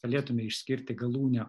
galėtume išskirti galūnę